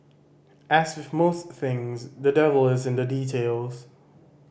as with most things the devil is in the details